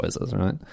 right